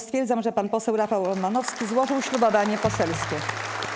Stwierdzam, że pan poseł Rafał Romanowski złożył ślubowanie poselskie.